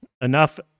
enough